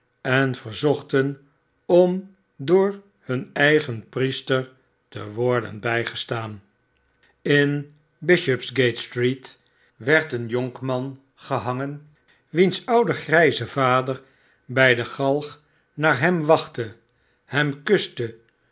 en verzochten om door hun eigen priester te worden bijgestaan in bishopsgate street werd een jonkman gehangen wiens oude grijze vader bij de galg naar hem wachtte hem kuste